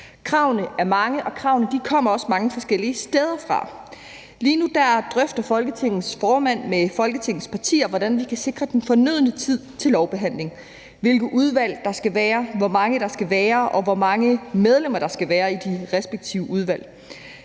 Kravene er mange, og kravene kommer også mange forskellige steder fra. Lige nu drøfter Folketingets formand med Folketingets partier, hvordan vi kan sikre den fornødne tid til lovbehandling, hvilke udvalg der skal være, hvor mange der skal være, og hvor mange medlemmer der skal være i de respektive udvalg.